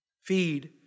Feed